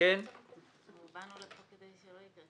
רוב נגד,